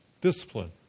discipline